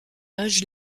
âge